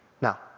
Now